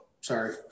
sorry